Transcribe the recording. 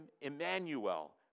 Emmanuel